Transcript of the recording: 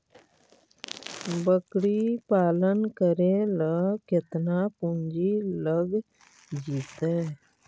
बकरी पालन करे ल केतना पुंजी लग जितै?